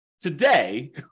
Today